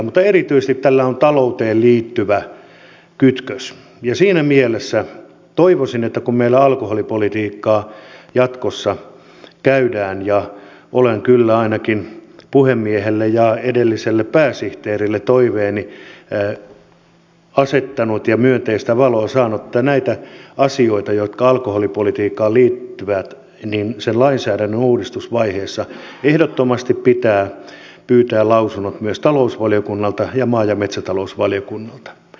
mutta erityisesti tällä on talouteen liittyvä kytkös ja siinä mielessä toivoisin että kun meillä alkoholipolitiikkaa jatkossa käsitellään ja olen kyllä ainakin puhemiehelle ja edelliselle pääsihteerille toiveeni asettanut ja myönteistä valoa saanut niin näissä asioissa jotka alkoholipolitiikkaan liittyvät sen lainsäädännön uudistusvaiheessa ehdottomasti pitää pyytää lausunnot myös talousvaliokunnalta ja maa ja metsätalousvaliokunnalta